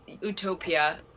utopia